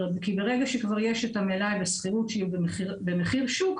כי ברגע שיש כבר את המלאי בשכירות שהיא במחיר שוק,